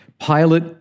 Pilate